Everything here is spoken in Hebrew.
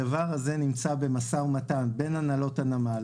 הדבר הזה נמצא במשא ומתן בין הנהלות הנמל